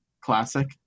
classic